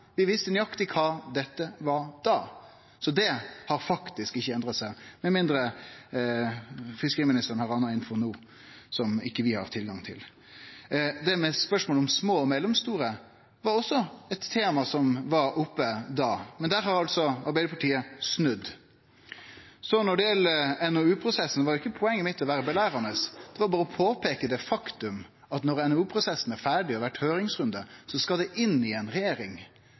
Vi visste nøyaktig kva dette var da. Så det har faktisk ikkje endra seg, med mindre fiskeriministeren har ramma inn noko som vi ikkje har tilgang til. Spørsmålet om små og mellomstore var også eit tema som var oppe da, men der har Arbeidarpartiet snudd. Når det gjeld NOU-prosessen, var ikkje poenget mitt å vere «belærende», men berre peike på det faktum at når NOU-prosessen er ferdig og høringsrunden har vore, skal det inn i ei regjering